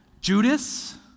Judas